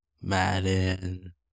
Madden